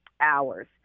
hours